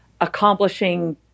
accomplishing